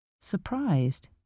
Surprised